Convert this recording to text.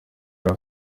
yari